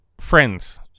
friends